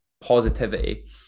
positivity